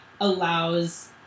allows